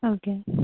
okay